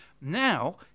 now